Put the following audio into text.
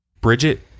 bridget